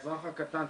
האזרח הקטן,